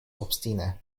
obstine